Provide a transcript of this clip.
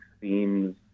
themes